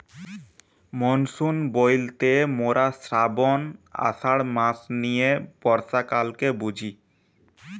monsoon বইলতে মোরা শ্রাবন, আষাঢ় মাস নিয়ে বর্ষাকালকে বুঝি